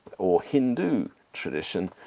or hindu tradition,